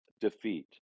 defeat